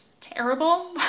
terrible